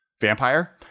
vampire